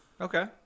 Okay